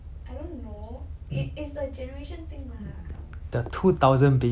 the two thousand babies 那个那个草莓族对不对